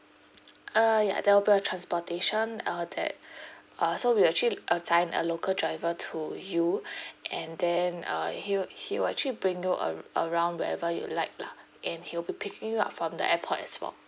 uh ya there'll be transportation uh that uh so we actually assign a local driver to you and then uh he'll he'll actually bring you ar~ around wherever you like lah and he'll be picking up from the airport as well